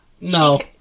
No